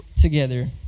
together